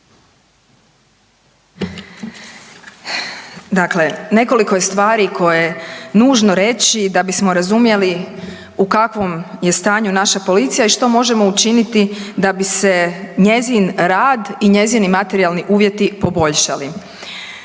Dakle, nekoliko je stvari koje je nužno reći da bismo razumjeli u kakvom je stanju naša policija i što možemo učiniti da bi se njezin rad i njezini materijalni uvjeti poboljšali.